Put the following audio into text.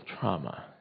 trauma